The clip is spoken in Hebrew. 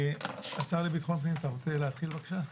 השר לביטחון הפנים, אתה רוצה להתחיל בבקשה.